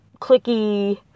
clicky